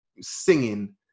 singing